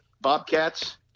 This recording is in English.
Bobcats